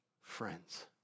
friends